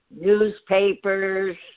newspapers